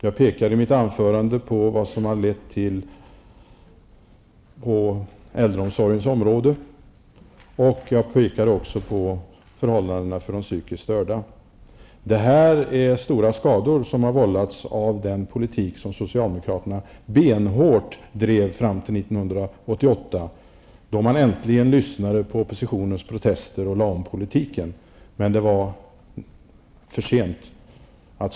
Jag pekade i mitt anförande på vad det har lett till på äldreomsorgens område. Jag pekade också på förhållandena för de psykiskt störda. Detta är stora skador som har vållats av den politik som socialdemokraterna benhårt drev fram till 1988, då de äntligen lyssnade på oppositionens protester och lade om politiken. Men det var för sent.